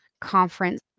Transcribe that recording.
conference